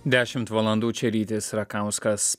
dešimt valandų čia rytis rakauskas